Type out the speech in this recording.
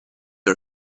are